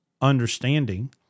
understanding